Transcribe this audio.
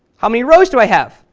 how many rows do i have?